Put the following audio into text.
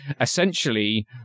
Essentially